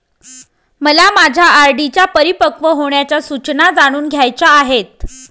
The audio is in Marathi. मला माझ्या आर.डी च्या परिपक्व होण्याच्या सूचना जाणून घ्यायच्या आहेत